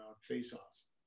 Face-Offs